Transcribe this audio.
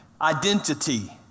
Identity